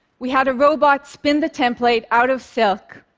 we had a robot spin the template out of silk,